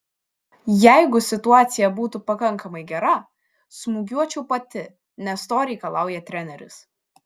jeigu situacija būtų pakankamai gera smūgiuočiau pati nes to reikalauja treneris